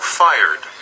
fired